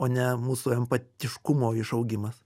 o ne mūsų empatiškumo išaugimas